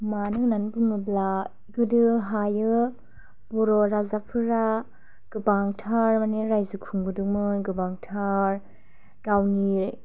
मानो होननानै बुङोब्ला गोदो हायो बर' राजाफोरा गोबांथार मानि रायजो खुंबोदोंमोन गोबांथार गावनि